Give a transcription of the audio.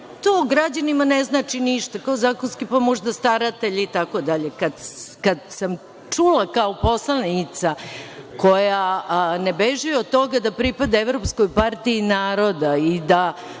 to građanima ne znači ništa, kao zakonski staratelj itd. Kada sam čula kao poslanica, koja ne beži od toga da pripada evropskoj partiji naroda i da